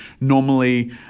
Normally